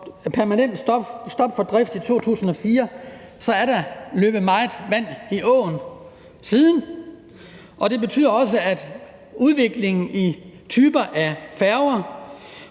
permanent stop for drift i 2004, så er der løbet meget vand i åen siden. Og det betyder også, at udviklingen i typer af færger